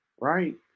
right